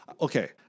okay